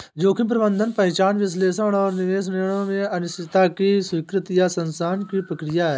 जोखिम प्रबंधन पहचान विश्लेषण और निवेश निर्णयों में अनिश्चितता की स्वीकृति या शमन की प्रक्रिया है